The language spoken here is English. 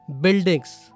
buildings